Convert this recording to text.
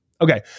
Okay